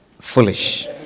foolish